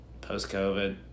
Post-COVID